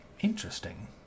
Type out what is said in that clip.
Interesting